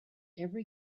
every